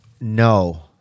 No